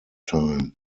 time